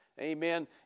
amen